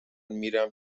میرم